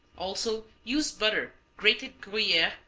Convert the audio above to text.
also use butter, grated gruyere,